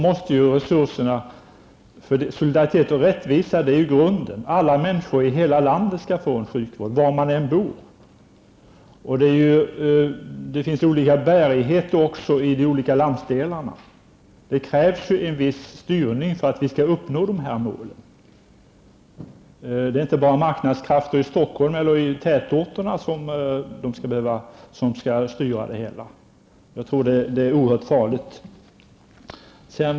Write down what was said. Det är solidaritet och rättvisa som utgör grunden. Alla människor i hela landet har rätt till sjukvård, oberoende av var man bor. Det finns också olika bärighet i de olika landsdelarna. Därför krävs det en viss styrning för att dessa mål skall kunna uppnås. Det är inte bara marknadskrafterna i Stockholm och andra tätorter som skall vara styrande. Det vore i så fall oerhört farligt.